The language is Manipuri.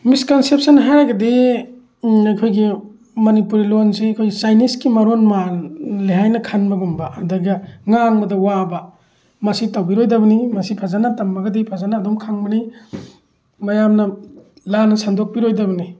ꯃꯤꯁꯀꯟꯁꯦꯞꯁꯟ ꯍꯥꯏꯔꯒꯗꯤ ꯑꯩꯈꯣꯏꯒꯤ ꯃꯅꯤꯄꯨꯔꯤ ꯂꯣꯟꯁꯤ ꯑꯩꯈꯣꯏ ꯆꯥꯏꯅꯤꯖꯀꯤ ꯃꯔꯣꯜ ꯃꯥꯜꯂꯦ ꯍꯥꯏꯅ ꯈꯟꯕꯒꯨꯝꯕ ꯑꯗꯒ ꯉꯥꯡꯕꯗ ꯋꯥꯕ ꯃꯁꯤ ꯇꯧꯕꯤꯔꯣꯏꯗꯕꯅꯤ ꯃꯁꯤ ꯐꯖꯅ ꯇꯝꯃꯒꯗꯤ ꯐꯖꯅ ꯑꯗꯨꯝ ꯈꯪꯕꯅꯤ ꯃꯌꯥꯝꯅ ꯂꯥꯟꯅ ꯁꯟꯗꯣꯛꯄꯤꯔꯣꯏꯗꯕꯅꯤ